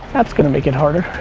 that's gonna make it harder.